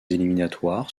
éliminatoires